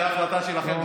זו ההחלטה שלכם,